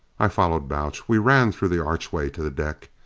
i followed balch. we ran through the archway to the deck.